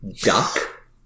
Duck